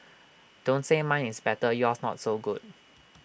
don't say mine is better yours not so good